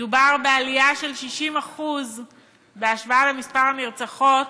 מדובר בעלייה של 60% בהשוואה למספר הנרצחות